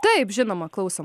taip žinoma klausom